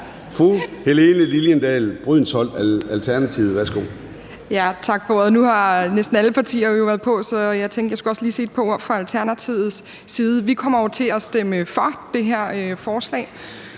11:18 Helene Liliendahl Brydensholt (ALT): Tak for ordet. Nu har næsten alle partier jo været på, så jeg tænkte, at jeg også lige skulle sige et par ord fra Alternativets side. Vi kommer til at stemme for det her forslag,